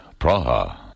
Praha